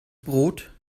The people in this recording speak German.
brot